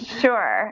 Sure